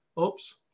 Oops